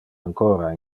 ancora